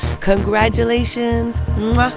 Congratulations